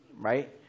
right